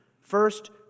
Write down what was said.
First